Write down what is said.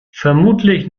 vermutlich